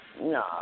No